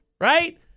right